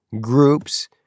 groups